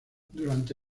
durante